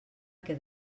que